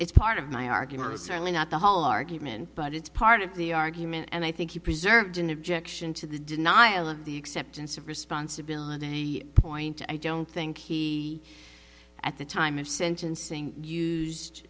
it's part of my argument it's certainly not the whole argument but it's part of the argument and i think you preserved an objection to the denial of the acceptance of responsibility point i don't think he at the time of sentencing used